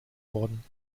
worden